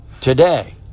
today